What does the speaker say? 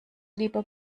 lieber